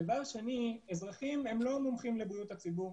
דבר שני אזרחים הם לא מומחים לבריאות הציבור,